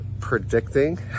predicting